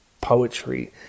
poetry